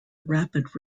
rapid